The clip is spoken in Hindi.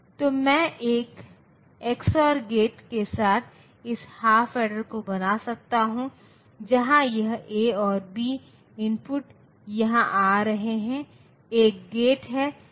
तो मैं 1 एक्सओआर गेट के साथ इस हाफ एडर को बना सकता हूं जहां यह ए और बी इनपुट यहां आ रहे हैं एक गेट है जहां यह ए और बी इनपुटInpu दिया जाएगा